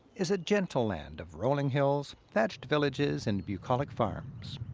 is a gentle land of rolling hills, thatched villages, and bucolic farms.